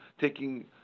taking